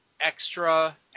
extra